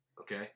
Okay